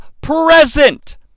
present